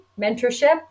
mentorship